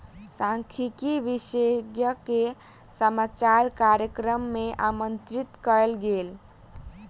सांख्यिकी विशेषज्ञ के समाचार कार्यक्रम मे आमंत्रित कयल गेल